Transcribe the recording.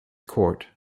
court